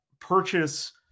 purchase